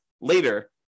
later